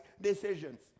decisions